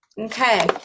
okay